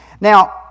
Now